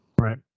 Right